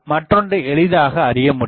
மற்றொன்றை எளிதாக அறியமுடியும்